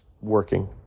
working